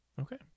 okay